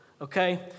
Okay